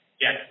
Yes